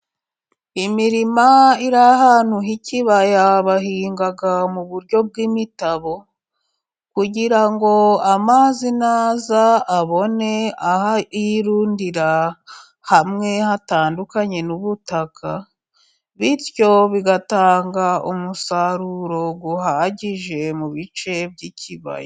Imirima iri ahantu h'ikibaya, bahinga mu buryo bw'imitabo kugira ngo amazi naza abone aho yirundira hamwe hatandukanye n'ubutaka, bityo bigatanga umusaruro uhagije mu bice by'ikibaya.